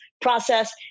process